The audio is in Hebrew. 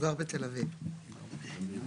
מימיני מיכאל,